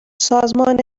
سازمان